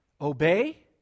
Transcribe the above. Obey